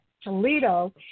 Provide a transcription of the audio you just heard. Toledo